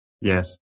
Yes